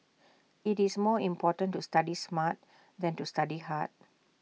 IT is more important to study smart than to study hard